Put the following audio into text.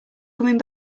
coming